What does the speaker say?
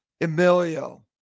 Emilio